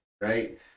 Right